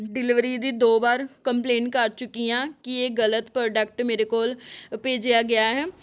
delivery ਦੀ ਦੋ ਵਾਰ ਕੰਪਲੇਂਨ ਕਰ ਚੁੱਕੀ ਹਾਂ ਕਿ ਇਹ ਗਲ਼ਤ ਪ੍ਰੋਡਕਟ ਮੇਰੇ ਕੋਲ ਭੇਜਿਆ ਗਿਆ ਹੈ